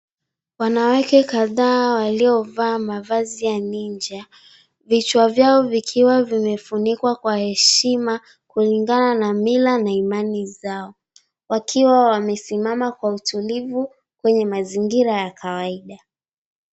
Wanawake kadhaa waliovaa mavazi ya ninja vichwa vyao vikiwa vimefunikwa kwa heshima kulingana na mila na imani zao wakiwa wamesimama kwa utulivu kwenye mazingira ya kawaida.